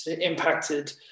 impacted